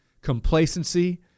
complacency